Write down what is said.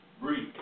Breathe